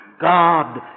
God